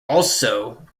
also